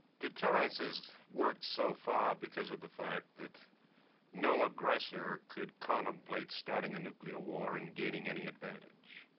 deterrence has worked so far because of the fact that no aggressor could contemplate starting a nuclear war and gaining any advantage.